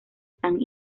san